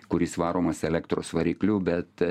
kuris varomas elektros varikliu bet